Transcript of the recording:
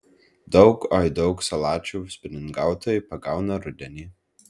daug oi daug salačių spiningautojai pagauna rudenį